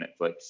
netflix